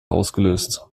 ausgelöst